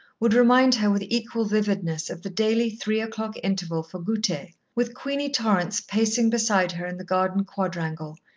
would remind her with equal vividness of the daily three o'clock interval for gouter, with queenie torrance pacing beside her in the garden quadrangle,